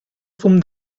fum